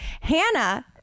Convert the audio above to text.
Hannah